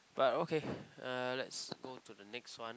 but okay uh let's go to the next one